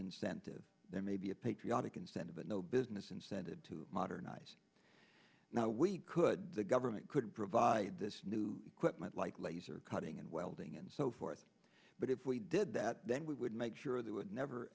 incentive there may be a patriotic incentive and no business incentive to modernize now we could the government could provide this new equipment like laser cutting and welding and so forth but if we did that then we would make sure there would never